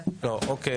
אין.